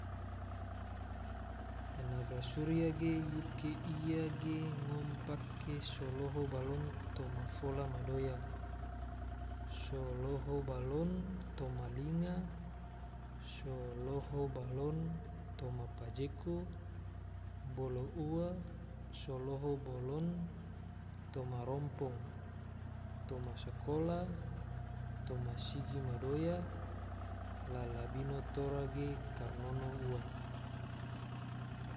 Tenaga surya ge, yuke ia ge ngom pake so loho balon toma fola ma doya, so loho balon toma linga, so loho balon toma pajeko, bolo ua so loho balon toma rompong, toma skola, toma sigi ma doya. la labino tora ge karnono ua.